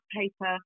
paper